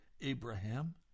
Abraham